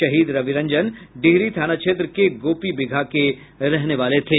शहीद रविरंजन डिहरी थाना क्षेत्र के गोपीबिगहा के रहने वाले थे